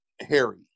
Harry